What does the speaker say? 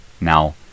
Now